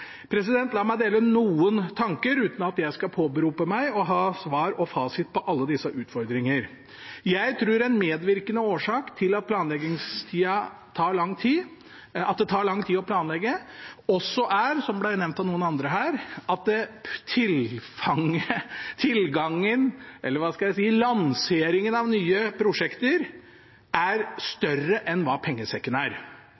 La meg dele noen tanker, uten at jeg skal påberope meg å ha svar og fasit på alle disse utfordringer. Jeg tror en medvirkende årsak til at det tar lang tid å planlegge, også er, som det ble nevnt av noen andre her, at tilfanget av, tilgangen på eller – hva skal jeg si – lanseringen av nye prosjekter er